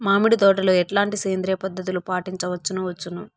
మామిడి తోటలో ఎట్లాంటి సేంద్రియ పద్ధతులు పాటించవచ్చును వచ్చును?